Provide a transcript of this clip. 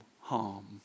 harm